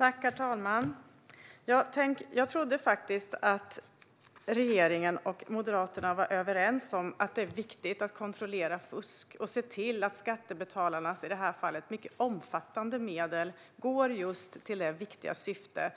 Herr talman! Jag trodde faktiskt att regeringen och Moderaterna var överens om att det är viktigt att kontrollera fusk och se till att skattebetalarnas i det här fallet mycket omfattande medel går just till det viktiga syfte